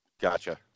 Gotcha